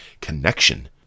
connection